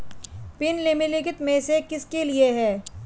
Pin निम्नलिखित में से किसके लिए है?